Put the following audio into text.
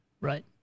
Right